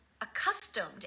accustomed